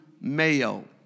Mayo